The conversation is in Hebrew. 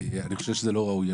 אני חושב שזה לא ראוי.